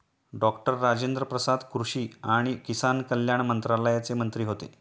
doctor Rajendra Prasad कृषी आणि किसान कल्याण मंत्रालयाचे मंत्री होते